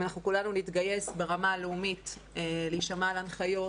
אם כולנו נתגייס ברמה הלאומית להישמע להנחיות,